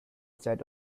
set